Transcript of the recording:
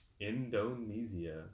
Indonesia